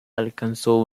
alcanzó